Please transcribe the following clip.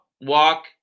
walk